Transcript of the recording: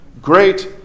great